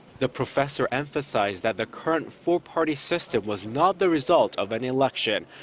the professor emphasized that the current four-party system was not the result of an election.